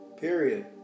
Period